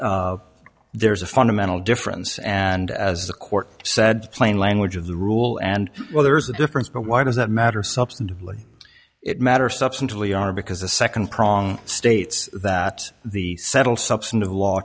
there is a fundamental difference and as the court said plain language of the rule and well there's a difference but why does that matter substantively it matter substantively are because the nd prong states that the settled substantive law